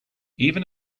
even